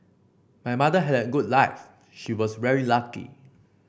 my mother had a good life she was very lucky